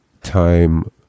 time